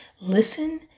Listen